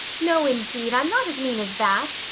no, indeed, i'm not as mean as that,